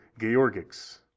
Georgics